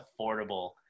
affordable